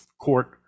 court